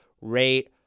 rate